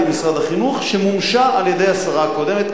משרד החינוך שמומשה על-ידי השרה הקודמת,